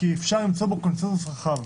אפשר למצוא בו קונצנזוס רחב.